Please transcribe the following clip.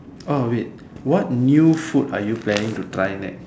wait what new food are you planning to try next